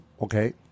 Okay